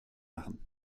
machen